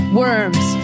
worms